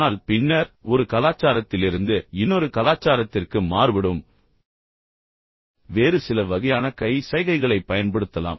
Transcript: ஆனால் பின்னர் ஒரு கலாச்சாரத்திலிருந்து இன்னொரு கலாச்சாரத்திற்கு மாறுபடும் வேறு சில வகையான கை சைகைகளைப் பயன்படுத்தலாம்